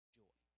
joy